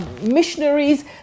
missionaries